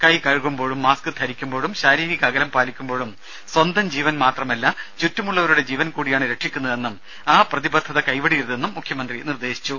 കൈ കഴുകുമ്പോഴും മാസ്ക് ധരിക്കുമ്പോഴും ശാരീരിക അകലം പാലിക്കുമ്പോഴും സ്വന്തം ജീവൻ മാത്രമല്ല ചുറ്റുമുള്ളവരുടെ ജീവൻ കൂടിയാണ് രക്ഷിക്കുന്നതെന്നും ആ പ്രതിബദ്ധത കൈവെടിയരുതെന്നും മുഖ്യമന്ത്രി നിർദ്ദേശിച്ചു